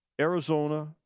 Arizona